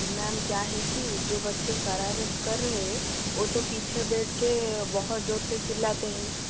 ma'am क्या है कि जो बच्चे शरारत कर रहे हैं वो तो पीछे बैठ कर बहुत ज़ोर से चिल्लाते हैं